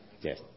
Yes